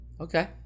Okay